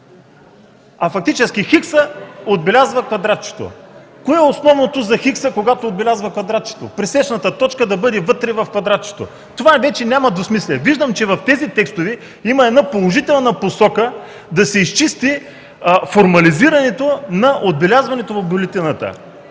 Фактически „хиксът” отбелязва и квадратчето. Кое е основното за хикса, когато отбелязва квадратчето? Пресечната точка да бъде вътре в квадратчето. Тогава вече няма двусмислие. Виждаме, че в тези текстове има положителна посока да се изчисти формализирането на отбелязването в бюлетината.